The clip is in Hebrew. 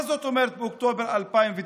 מה זאת אומרת אוקטובר 2019?